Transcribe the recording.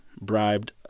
bribed